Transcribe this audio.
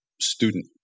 student